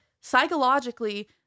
psychologically